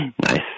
Nice